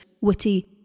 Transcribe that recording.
witty